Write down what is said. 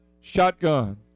Shotgun